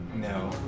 No